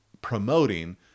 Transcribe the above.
Promoting